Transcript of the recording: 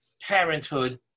parenthood